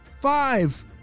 Five